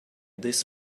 this